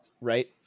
right